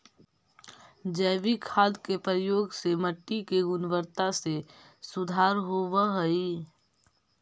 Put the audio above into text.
जैविक खाद के प्रयोग से मट्टी के गुणवत्ता में सुधार होवऽ हई